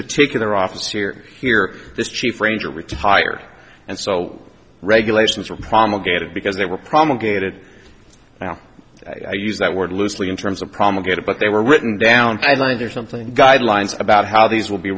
particular office here here this chief ranger retired and so regulations were promulgated because they were promulgated now i use that word loosely in terms of promulgated but they were written down i learned there's something guidelines about how these will be